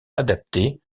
adaptés